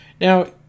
Now